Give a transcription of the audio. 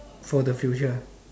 for the future